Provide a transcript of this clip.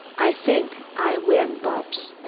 i think i win, bupps.